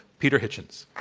peter hitchens.